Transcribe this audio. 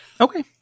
Okay